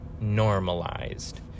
normalized